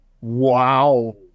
Wow